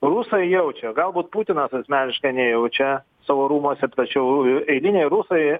rusai jaučia galbūt putinas asmeniškai nejaučia savo rūmuose tačiau eiliniai rusai